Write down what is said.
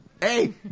Hey